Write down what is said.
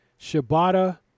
shibata